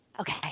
Okay